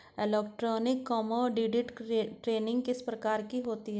Electronic commodity trading किस प्रकार होती है?